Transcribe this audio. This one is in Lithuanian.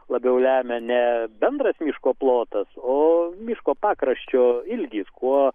labiau lemia ne bendras miško plotas o miško pakraščio ilgis kuo